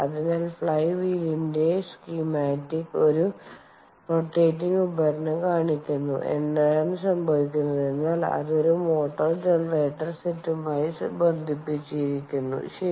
അതിനാൽ ഫ്ലൈ വീൽന്റെ സ്കീമാറ്റിക് ഒരു റോറ്റേറ്റിങ് ഉപകരണം കാണിക്കുന്നു എന്താണ് സംഭവിക്കുന്നതെന്നാൽ അത് ഒരു മോട്ടോർ ജനറേറ്റർ സെറ്റുമായി ബന്ധിപ്പിച്ചിരിക്കുന്നു ശരി